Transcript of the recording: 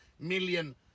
million